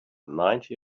ninety